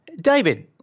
David